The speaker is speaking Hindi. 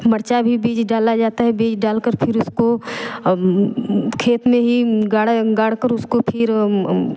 मिर्चा भी बीज डाला जाता है बीज डालकर फिर उसको खेत में ही गाड़कर उसको फिर